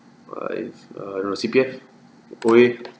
I err you know C_P_F O_A